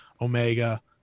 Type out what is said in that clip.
Omega